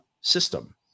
system